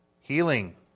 healing